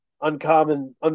uncommon